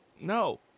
no